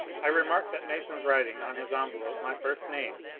i remarked that mason's writing on his envelope my first name,